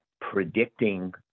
predicting